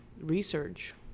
research